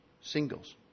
singles